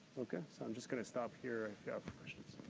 okay? so, i'm just going to stop here and grab